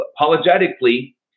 apologetically